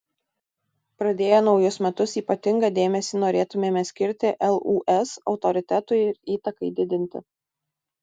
pradėję naujus metus ypatingą dėmesį norėtumėme skirti lūs autoritetui ir įtakai didinti